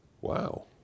wow